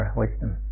wisdom